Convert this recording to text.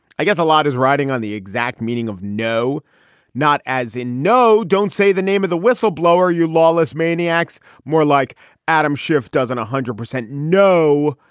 i guess a lot is riding on the exact meaning of no not as a no don't say the name of the whistleblower you lawless maniacs more like adam schiff doesn't one hundred percent no.